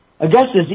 Augustus